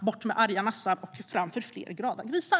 Bort med arga nassar och fram för fler glada grisar!